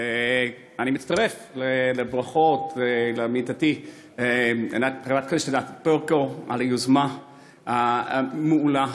אני מצטרף לברכות לעמיתתי ענת ברקו על היוזמה המעולה